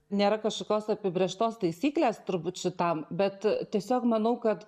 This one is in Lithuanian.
nėra kažkokios apibrėžtos taisyklės turbūt šitam bet tiesiog manau kad